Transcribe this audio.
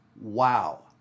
Wow